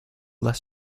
less